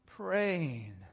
Praying